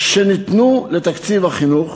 שניתנו בתקציב החינוך